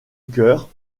cœur